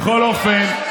בכל אופן,